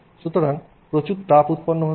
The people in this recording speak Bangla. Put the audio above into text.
সুতরাং প্রচুর তাপ উৎপন্ন হতো